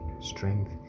strength